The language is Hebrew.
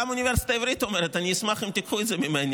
גם האוניברסיטה העברית אומרת: אני אשמח אם תיקחו את זה ממני.